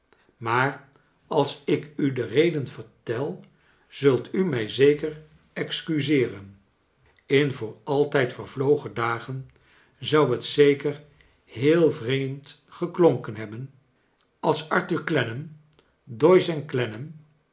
maar als ik u de reden vertel zult u mij zeker excuseeren in voor altijd vervlogen dagen zou het zeker heel vreemd geklonken hebben als arthur clennam doyce en